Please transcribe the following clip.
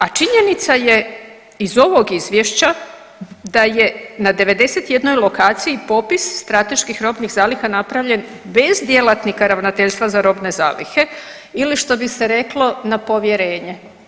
A činjenica je iz ovog izvješća da je je na 91 lokaciji popis strateških robnih zaliha napravljen bez djelatnika Ravnateljstva za robne zalihe ili što bi se reklo na povjerenje.